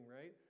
right